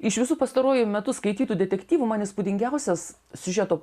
iš visų pastaruoju metu skaitytų detektyvų man įspūdingiausias siužeto